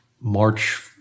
March